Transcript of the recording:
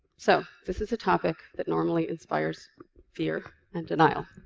so, this is a topic that normally inspires fear and denial.